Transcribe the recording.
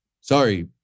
Sorry